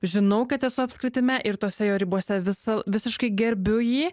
žinau kad esu apskritime ir tose jo ribose visą visiškai gerbiu jį